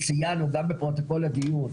וציינו גם בפרוטוקול הדיון,